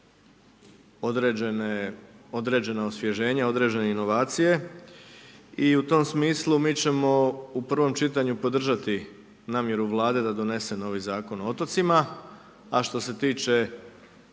određena osvježenja, određene inovacije i u tom smislu, mi ćemo u prvom čitanju podržati namjeru vlade da donese novi Zakon o otocima, a što se tiče